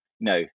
no